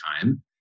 time